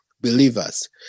believers